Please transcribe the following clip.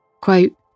Quote